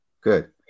Good